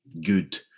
good